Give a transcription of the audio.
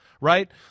Right